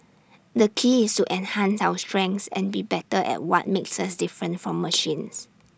the key is to enhance our strengths and be better at what makes us different from machines